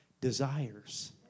desires